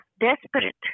desperate